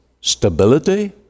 stability